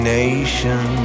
nation